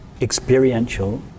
experiential